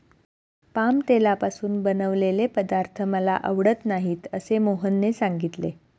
palm तेलापासून बनवलेले पदार्थ मला आवडत नाहीत असे मोहनने सांगितले